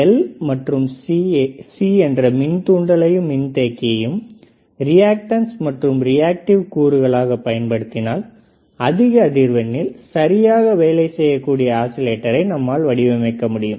L மற்றும் C என்ற மின்தூண்டலையும் மின்தேக்கியையும் ரியாக்டன்ஸ் மற்றும் ரியாக்டிவ் கூறுகளாக பயன்படுத்தினால் அதிக அதிர்வெண்ணில் சரியாக வேலை செய்யக்கூடிய ஆசிலேட்டரை நம்மால் வடிவமைக்க முடியும்